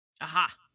aha